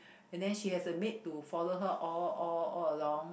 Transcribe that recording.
and then she has a maid to follow her all all all along